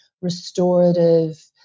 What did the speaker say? restorative